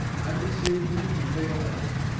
i would save you from a fatal error.